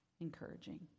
encouraging